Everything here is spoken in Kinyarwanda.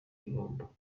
igihombo